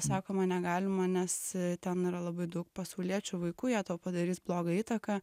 sakoma negalima nes ten yra labai daug pasauliečių vaikų jie tau padarys blogą įtaką